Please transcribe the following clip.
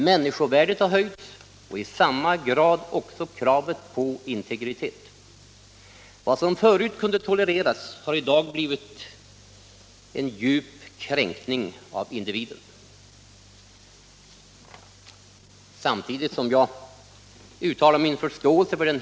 Människovärdet har höjts och i samma grad också kravet på integritet.